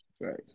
Right